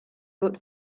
good